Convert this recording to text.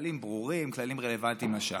כללים ברורים, כללים רלוונטיים לשעה.